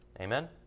Amen